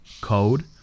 code